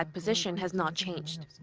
ah position has not changed.